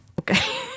Okay